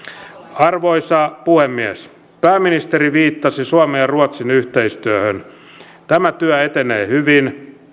arvoisa puhemies pääministeri viittasi suomen ja ruotsin yhteistyöhön tämä työ etenee hyvin